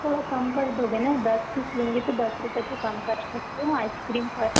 थोड़ा कम कर दोगे न दस पीस लूँगी तो दस रुपये तो कम कर सकते हो आइसक्रीम पर